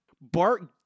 Bart